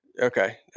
Okay